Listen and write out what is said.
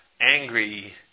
angry